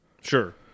Sure